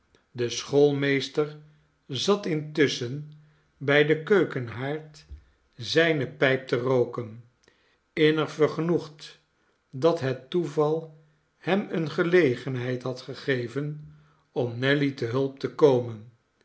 de schoolmeester zat intusschen bij den keukenhaard zijne pijp te rooken innig vergenoegd dat het toeval hem eene gelegenheid had gegeven om nelly te hulp te komen